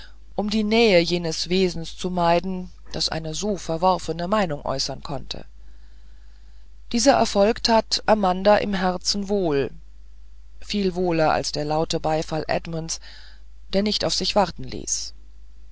um die nähe eines wesens zu meiden das eine so verworfene meinung äußern konnte dieser erfolg tat amanda im herzen wohl viel wohler als der laute beifall edmunds der nicht auf sich warten ließ